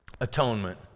atonement